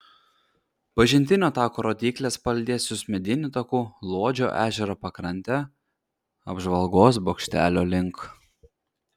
pažintinio tako rodyklės palydės jus mediniu taku luodžio ežero pakrante apžvalgos bokštelio link